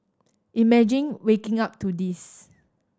imagine waking up to this